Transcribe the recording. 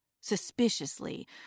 Suspiciously